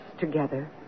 together